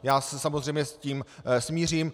Já se samozřejmě s tím smířím.